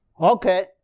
Okay